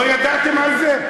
לא ידעתם על זה?